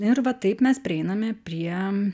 ir va taip mes prieiname prie